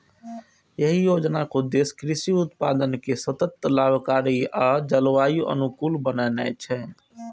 एहि योजनाक उद्देश्य कृषि उत्पादन कें सतत, लाभकारी आ जलवायु अनुकूल बनेनाय छै